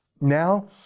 Now